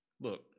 Look